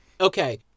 okay